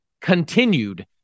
continued